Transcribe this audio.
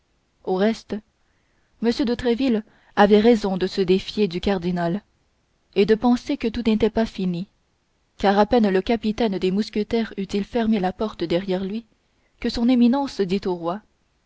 au reste m de tréville avait raison de se défier du cardinal et de penser que tout n'était pas fini car à peine le capitaine des mousquetaires eut-il fermé la porte derrière lui que son éminence dit au roi